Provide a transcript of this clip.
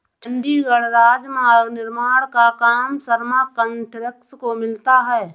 चंडीगढ़ राजमार्ग निर्माण का काम शर्मा कंस्ट्रक्शंस को मिला है